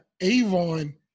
Avon